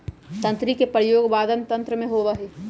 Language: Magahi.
तंत्री के प्रयोग वादन यंत्र में होबा हई